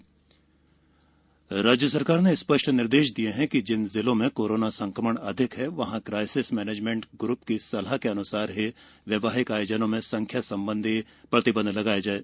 corona समीक्षा राज्य सरकार ने स्पष्ट निर्देश दिए हैं कि जिन जिलों में कोरोना संक्रमण अधिक है वहां क्राइसिस मैनेजमेंट ग्र्प की सलाह के अन्सार वैवाहिक आयोजनों में संख्या संबंधी प्रतिबंध लगाया जाएं